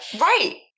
Right